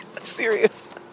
serious